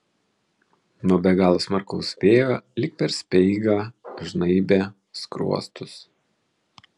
nuo be galo smarkaus vėjo lyg per speigą žnaibė skruostus